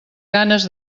ganes